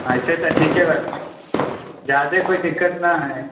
एहिसॅं तऽ ठीके बा जादा कोई दिक्कत ने हइ